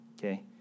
okay